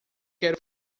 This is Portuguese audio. quero